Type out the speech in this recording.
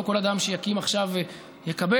לא כל אדם שיקים עכשיו יקבל.